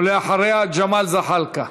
ואחריה, ג'מאל זחאלקה.